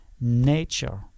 nature